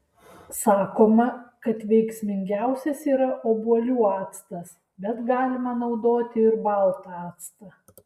sakoma kad veiksmingiausias yra obuolių actas bet galima naudoti ir baltą actą